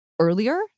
earlier